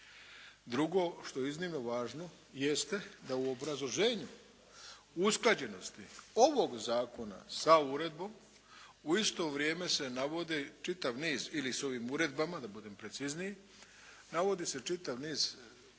Drugo, što je iznimno važno jeste da u obrazloženju usklađenosti ovog zakona sa uredbom u isto vrijeme se navodi čitav niz ili sa ovim uredbama, da budem precizniji, navodi se čitav niz odredbi,